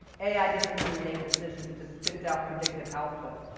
ai doesn't really make decisions, it just spits out predictive output.